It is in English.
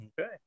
okay